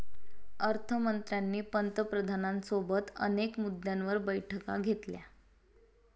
अर्थ मंत्र्यांनी पंतप्रधानांसोबत अनेक मुद्द्यांवर बैठका घेतल्या